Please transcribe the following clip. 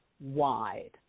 wide